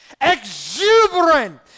exuberant